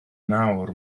nawr